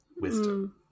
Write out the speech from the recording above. wisdom